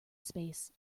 space